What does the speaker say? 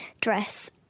dress